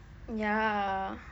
ya